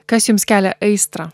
kas jums kelia aistrą